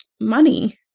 money